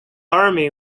army